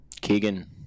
Keegan